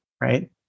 Right